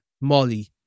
molly